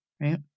right